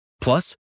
Plus